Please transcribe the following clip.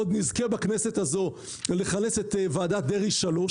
שעוד נזכה בכנסת הזאת לכנס את "ועדת דרעי 3",